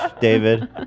David